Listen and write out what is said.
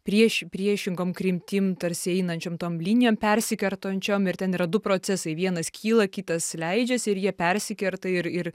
prieš priešingom kryptim tarsi einančiam tom linijom persikertančiom ir ten yra du procesai vienas kyla kitas leidžiasi ir jie persikerta ir ir